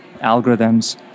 algorithms